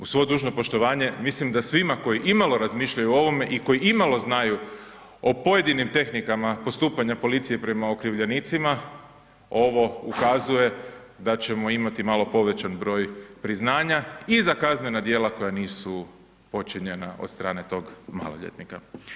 Uz svo dužno poštovanje, mislim da svima koji imalo razmišljaju o ovome i koji imalo znaju o pojedinim tehnikama postupanja policije prema okrivljenicima ovo ukazuje da ćemo imati malo povećan broj priznanja i za kaznena djela koja nisu počinjena od strane tog maloljetnika.